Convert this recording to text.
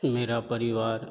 मेरा परिवार